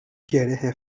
گره